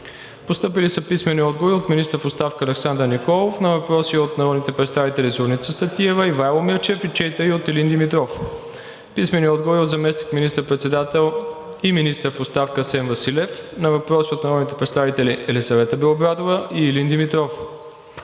Постъпили са писмени отговори от: - министъра в оставка Александър Николов на въпроси от народните представители Зорница Стратиева, Ивайло Мирчев и четири от Илин Димитров; - заместник министър-председателя и министър в оставка Асен Василев на въпроси от народните представители Елисавета Белобрадова и Илин Димитров;